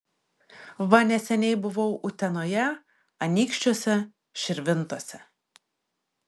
va neseniai buvau utenoje anykščiuose širvintose